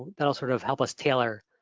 that'll sort of help us tailor.